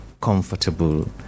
comfortable